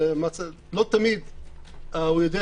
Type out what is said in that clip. לא תמיד הוא יודע